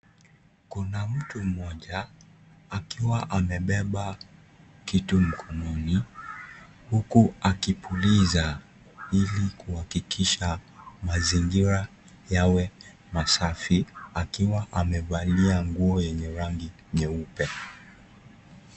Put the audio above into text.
Kuna mtu mmoja akiwa amebeba kitu mkononi huku akupuliza hili kuhakikisha mazingira yawe masafi akiwa amevalia nguo yenye rangi nyeupe.